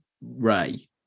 ray